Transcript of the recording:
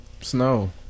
Snow